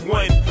one